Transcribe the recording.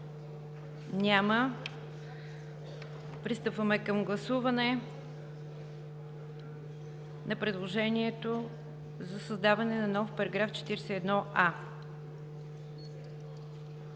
Няма. Пристъпваме към гласуване на предложението за създаване на нов § 41а,